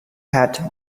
had